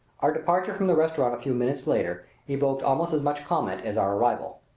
our departure from the restaurant a few minutes later evoked almost as much comment as our arrival.